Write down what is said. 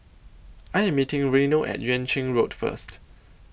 I Am meeting Reino At Yuan Ching Road First